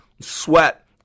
sweat